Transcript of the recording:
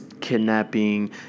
kidnapping